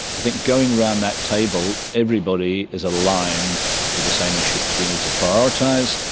i think going around that table, everybody is aligned with the same issues we need to prioritise,